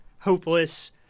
hopeless